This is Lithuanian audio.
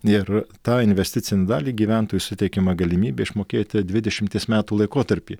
ir tą investicinę dalį gyventojui suteikiama galimybė išmokėti dvidešimties metų laikotarpy